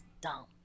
dumb